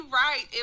right